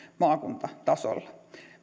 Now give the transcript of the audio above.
maakuntatasolla